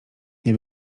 nie